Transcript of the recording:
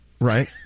Right